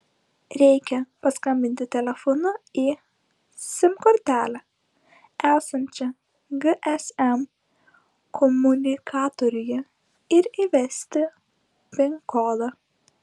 reikia paskambinti telefonu į sim kortelę esančią gsm komunikatoriuje ir įvesti pin kodą